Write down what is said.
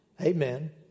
amen